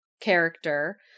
character